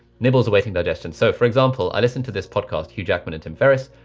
nibbles awaiting digestion. so for example, i listened to this podcast, hugh jackman and tim ferris